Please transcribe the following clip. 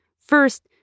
First